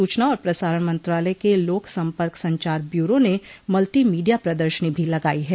सूचना और प्रसारण मंत्रालय के लोक सम्पर्क संचार ब्यूरो ने मल्टी मीडिया प्रदर्शनी भी लगाई है